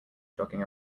jogging